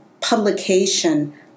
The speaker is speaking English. publication